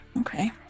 Okay